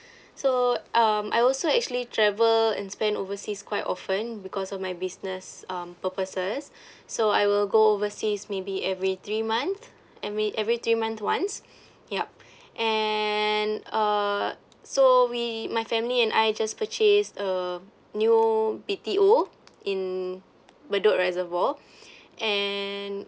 so um I also actually travel and spend overseas quite often because of my business um purposes so I will go oversea maybe every three month I mean every three month once yup and uh so we my family and I just purchased a new B_T_O in bedok reservoir and